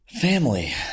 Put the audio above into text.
family